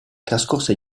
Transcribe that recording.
trascorse